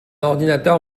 ordinateur